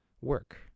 work